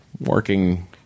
working